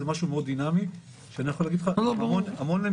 זה משהו מאוד דינמי שאני יכול להגיד לך שיש המון למידה,